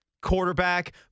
quarterback